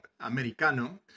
Americano